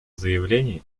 заявление